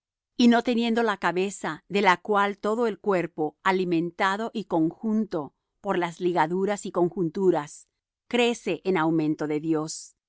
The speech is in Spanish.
y no teniendo la cabeza de la cual todo el cuerpo alimentado y conjunto por las ligaduras y conjunturas crece en aumento de dios